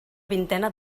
vintena